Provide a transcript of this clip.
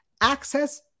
access